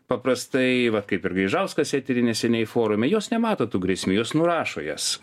paprastai va kaip ir gaižauskas eteryje neseniai forume jos nemato tų grėsmių jos nurašo jas